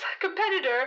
competitor